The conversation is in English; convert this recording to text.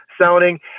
sounding